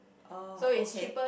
uh okay